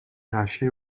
nasce